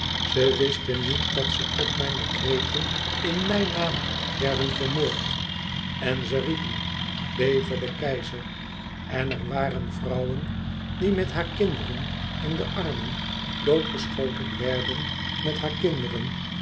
ze wisten niet dat ze op mijn decreten in mijn naam werden vermoord en ze riepen leve de keizer en er waren vrouwen die met haar kinderen in de armen doodgeschoten werden met haar kinderen